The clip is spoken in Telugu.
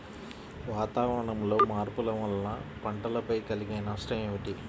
వాతావరణంలో మార్పుల వలన పంటలపై కలిగే నష్టం ఏమిటీ?